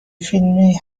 فیلمی